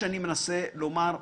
שבוע טוב,